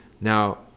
Now